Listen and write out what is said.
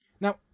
Now